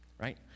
right